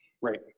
Right